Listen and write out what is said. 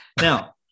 Now